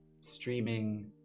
streaming